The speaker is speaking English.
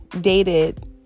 dated